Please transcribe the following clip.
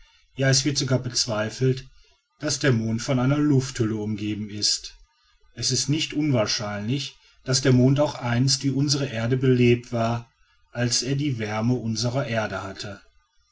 ja es wird sogar bezweifelt daß der mond von einer lufthülle umgeben ist es ist nicht unwahrscheinlich daß der mond auch einst wie unsere erde belebt war als er die wärme unserer erde hatte